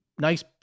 nice